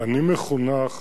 אני מחונך